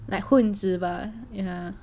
混子吧 you know